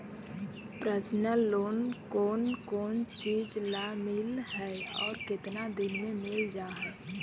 Personal loan कोन कोन चिज ल मिल है और केतना दिन में मिल जा है?